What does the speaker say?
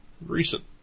Recent